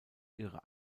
ihre